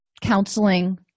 counseling